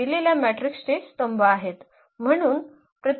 हे दिलेल्या मॅट्रिक्सचे स्तंभ आहेत